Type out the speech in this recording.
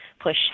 push